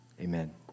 Amen